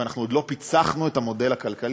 ואנחנו עוד לא פיצחנו את המודל הכלכלי.